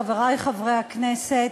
חברי חברי הכנסת,